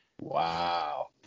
Wow